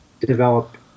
develop